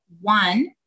one